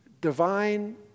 divine